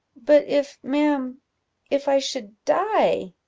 but if, ma'am if i should die?